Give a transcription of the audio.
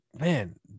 man